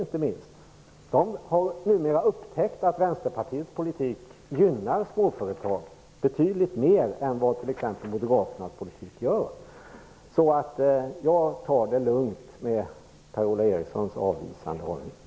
Inte minst småföretagare har numera upptäckt att Vänsterpartiets politik gynnar småföretag betydligt mer än Moderaternas politik gör. Jag tar därför Per-Ola Erikssons avvisande hållning med ro.